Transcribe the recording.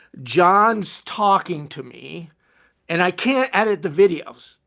john's talking to me and i can't edit the videos.